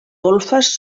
golfes